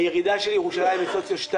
הירידה של ירושלים היא סוציו-2,